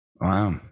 Wow